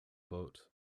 boat